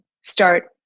start